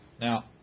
Now